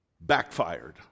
backfired